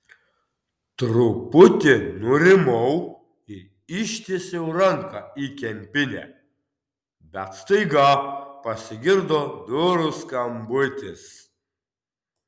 truputį nurimau ir ištiesiau ranką į kempinę bet staiga pasigirdo durų skambutis